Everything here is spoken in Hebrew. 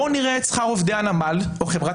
בואו נראה את שכר עובדי הנמל או חברת